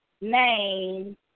name